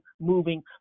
moving